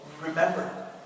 remember